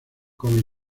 con